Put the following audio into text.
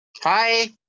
Hi